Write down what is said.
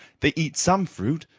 they eat some fruit,